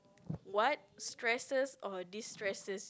what stresses or destresses